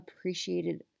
appreciated